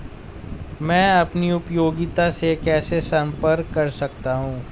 मैं अपनी उपयोगिता से कैसे संपर्क कर सकता हूँ?